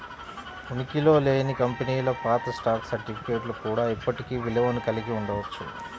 ఉనికిలో లేని కంపెనీల పాత స్టాక్ సర్టిఫికేట్లు కూడా ఇప్పటికీ విలువను కలిగి ఉండవచ్చు